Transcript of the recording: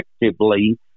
effectively